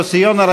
יוסי יונה,